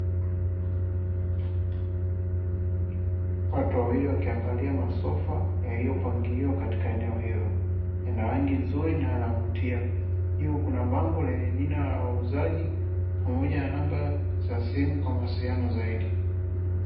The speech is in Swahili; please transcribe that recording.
Watu wawili wakiangalia masofa yaliyopangiliwa katika eneo hilo yana rangi nzuri na yanavutia, juu kuna bango lenye jina la wauzaji pamoja na namba za simu kwa mawasiliano zaidi.